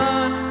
Sun